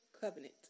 covenant